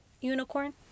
unicorn